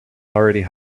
already